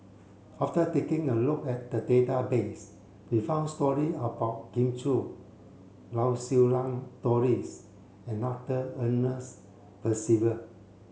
after taking a look at the database we found story about Kin Chui Lau Siew Lang Doris and Arthur Ernest Percival